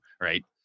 right